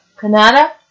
Canada